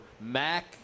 MAC